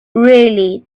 really